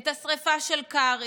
את השרפה של קרעי,